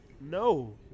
No